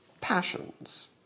passions